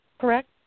Correct